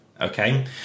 okay